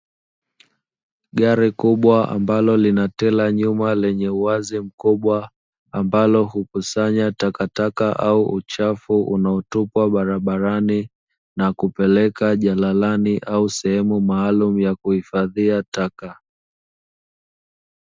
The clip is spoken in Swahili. Gari kubwa ambalo lina trela nyuma lenye uwazi mkubwa, ambalo hukusanya takataka au uchafu unaotupwa barabarani na kupelekwa jalalani au sehemu maalumu ya kuhifadhia taka.